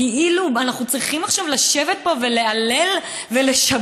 כאילו אנחנו צריכים עכשיו לשבת פה ולהלל ולשבח,